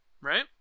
Right